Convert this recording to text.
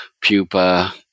pupa